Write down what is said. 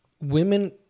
women